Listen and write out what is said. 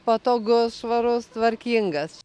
patogus švarus tvarkingas